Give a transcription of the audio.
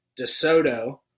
DeSoto